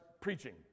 preaching